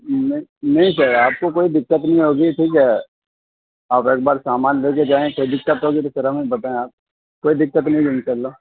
نہیں نہیں سر آپ کو کوئی دقت نہیں ہوگی ٹھیک ہے آپ ایک بار سامان لے کے جائیں کوئی دقت ہوگی تو پھر ہمیں بتائیں آپ کوئی دقت نہیں ہوگی اِنشاء اللہ